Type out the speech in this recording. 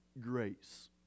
grace